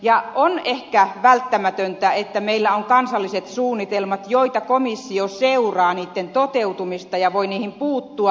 ja on ehkä välttämätöntä että meillä on kansalliset suunnitelmat joiden toteutumista komissio seuraa ja joihin se voi puuttua